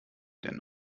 denn